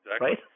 Right